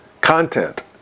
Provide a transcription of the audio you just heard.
content